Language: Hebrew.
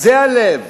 זה הלב.